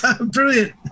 brilliant